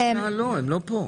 הם לא כאן.